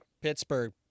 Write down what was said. Pittsburgh